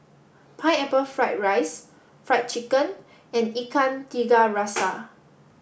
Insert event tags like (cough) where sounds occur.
Pineapple Fried Rice Fried Chicken and Ikan Tiga (noise) Rasa